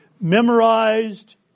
memorized